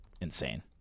insane